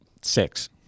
Six